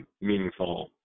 meaningful